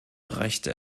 rechte